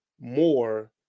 more